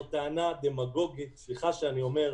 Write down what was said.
זו טענה דמגוגית, סליחה שאני אומר.